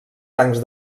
tancs